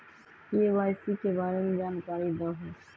KYC के बारे में जानकारी दहु?